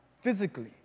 physically